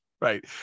right